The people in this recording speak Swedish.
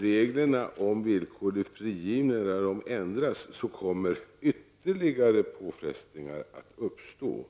reglerna om villkorlig frigivning ändras kommer ytterligare påfrestningar att uppstå.